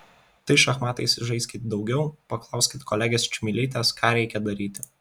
tai šachmatais žaiskit daugiau paklauskit kolegės čmilytės ką reikia daryti